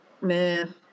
man